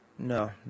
No